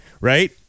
right